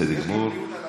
בסדר גמור,